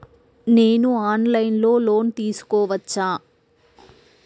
నేను online లో loan తీసుకోవచ్చా?